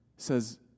says